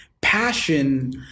passion